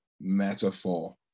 metaphor